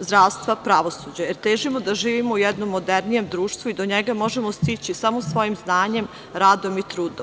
zdravstva, pravosuđa, jer težimo da živimo u jednom modernijem društvu i do njega možemo stići samo svojim znanjem, radom i trudom.